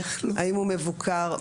האם הוא מבוקר,